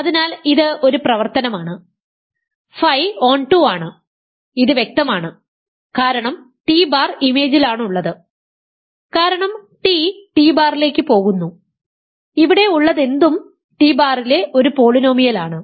അതിനാൽ ഇത് ഒരു പ്രവർത്തനമാണ് ഫൈ ഓൺടു ആണ് ഇത് വ്യക്തമാണ് കാരണം ടി ബാർ ഇമേജിലാണുള്ളത് കാരണം ടി ടി ബാറിലേക്ക് പോകുന്നു ഇവിടെ ഉള്ളതെന്തും ടി ബാറിലെ ഒരു പോളിനോമിയലാണ്